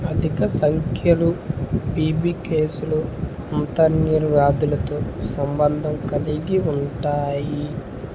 అధిక సంఖ్యలు పిబి కేసులు అంతర్నిర వ్యాధులతో సంబంధం కలిగి ఉంటాయి